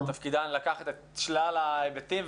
תפקידן לקחת את שלל ההיבטים,